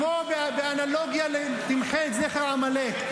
כמו באנלוגיה ל"תמחה את זכר עמלק".